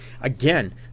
again